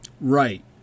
Right